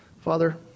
Father